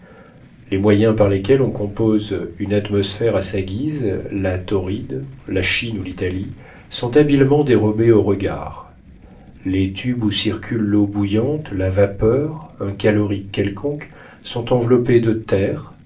les moyens par lesquels on compose une atmosphère à sa guise la torride la chine ou l'italie sont habilement dérobés aux regards les tubes où circulent l'eau bouillante la vapeur un calorique quelconque sont enveloppés de terre